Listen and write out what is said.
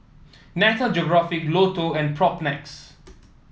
Nat Geographic Lotto and Propnex